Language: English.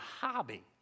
hobby